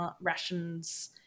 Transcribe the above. rations